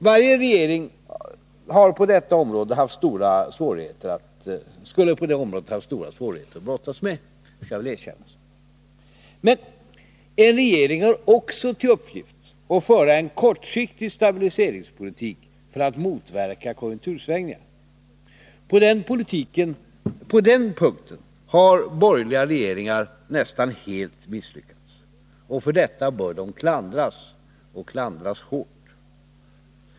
Varje regering skulle på detta område ha haft stora svårigheter att brottas med — det skall erkännas. Men en regering har också till uppgift att föra en kortsiktig stabiliseringspolitik för att motverka konjunktursvängningar. På den punkten har de borgerliga regeringarna nästan helt misslyckats, och för detta bör de klandras, och klandras hårt.